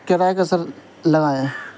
کرائے کا سر لگائیں